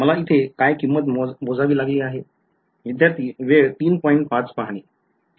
मला इथे काय किंमत मोजावी लागली आहे